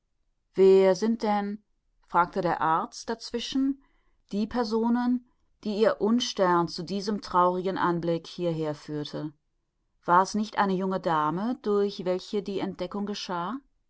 wer sind denn fragte der arzt dazwischen die personen die ihr unstern zu diesem traurigen anblick hierher führte war es nicht eine junge dame durch welche die entdeckung geschah